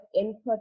input